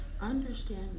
Understand